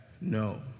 no